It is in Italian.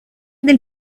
del